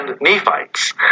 Nephites